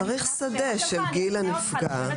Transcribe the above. צריך שדה של גיל הנפגע.